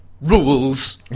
rules